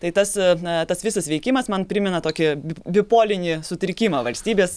tai tas na tas visas veikimas man primena tokį bipolinį sutrikimą valstybės